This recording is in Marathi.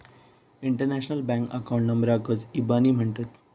इंटरनॅशनल बँक अकाऊंट नंबराकच इबानी म्हणतत